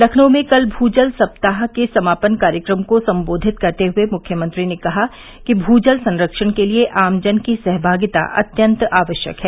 लखनऊ में कल भू जल सप्ताह के समापन कार्यक्रम को संबोधित करते हुए मुख्यमंत्री ने कहा कि जल संरक्षण के लिये आमजन की सहभागिता अत्यन्त आवश्यक है